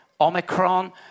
Omicron